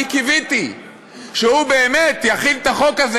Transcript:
אני קיוויתי שהוא באמת יחיל את החוק הזה,